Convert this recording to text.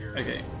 Okay